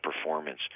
performance